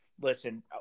Listen